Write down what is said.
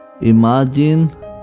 Imagine